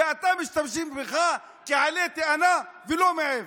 משתמשים בך כעלה תאנה ולא מעבר.